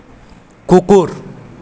কুকুর